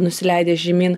nusileidęs žemyn